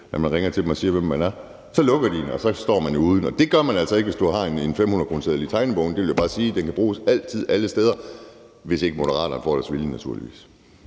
at man ringer til dem og siger, hvem man er, så lukker den, og at man så står uden noget. Det gør man altså ikke, hvis man har en 500-kroneseddel i tegnebogen. Det vil jeg bare sige. For den kan altid bruges alle steder, hvis Moderaterne naturligvis